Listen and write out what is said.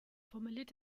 formuliert